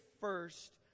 first